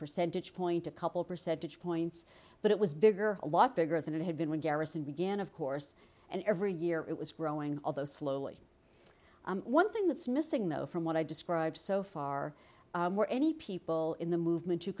percentage point a couple percentage points but it was bigger a lot bigger than it had been when garrison began of course and every year it was growing although slowly one thing that's missing though from what i described so far more any people in the movement you